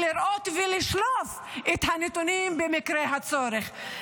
לראות ולשלוף את הנתונים במקרה הצורך.